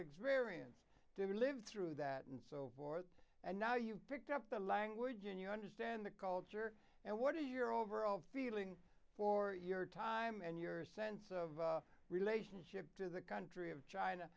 experience to live through that and so forth and now you picked up the language and you understand the culture and what are your overall feeling for your time and your sense of relationship to the country of china